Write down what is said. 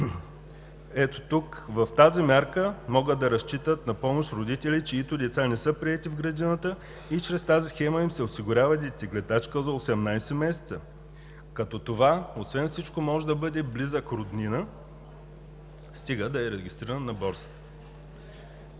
Ето тук, в тази мярка, могат да разчитат на помощ родители, чиито деца не са приети в градината и чрез тази схема им се осигурява детегледачка за 18 месеца, като това може да бъде близък роднина, стига да е регистриран на борсата.